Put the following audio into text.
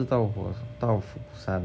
巴士到火到福山啊